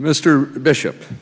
mr bishop